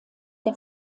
der